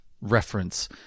reference